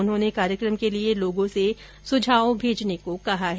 उन्होंने कार्यक्रम के लिए लोगों से सुझाव भेजने को कहा है